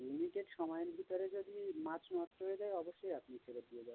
limited সময়ের ভিতরে যদি মাছ নষ্ট হয়ে যায় অবশ্যই আপনি ফেরত দিয়ে যাবেন